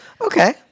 Okay